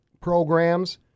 programs